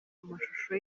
amashusho